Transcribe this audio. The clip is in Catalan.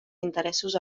interessos